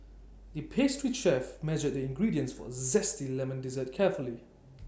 the pastry chef measured the ingredients for A Zesty Lemon Dessert carefully